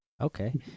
okay